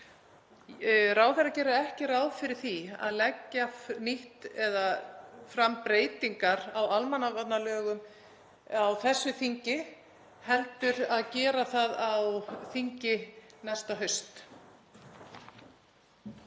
Ráðherra gerir ekki ráð fyrir því að leggja fram breytingar á almannavarnalögum á þessu þingi heldur að gera það á þingi næsta haust.